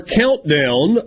countdown